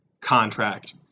contract